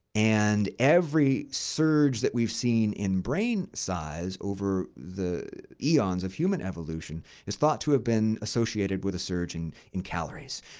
and every surge that we've seen in brain size over the eons of human evolution is thought to have been associated with a surge and in calories,